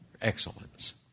excellence